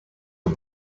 are